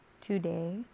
today